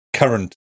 current